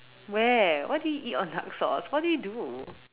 where what do you on dark sauce what do you do